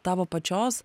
tavo pačios